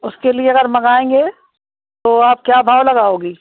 उसके लिए अगर मंगाएंगे तो आप क्या भाव लगाओगी